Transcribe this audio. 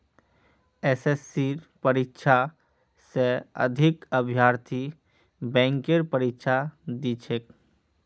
एसएससीर परीक्षा स अधिक अभ्यर्थी बैंकेर परीक्षा दी छेक